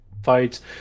fights